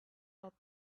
that